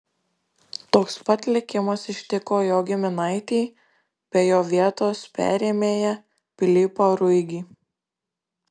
toks pat likimas ištiko jo giminaitį bei jo vietos perėmėją pilypą ruigį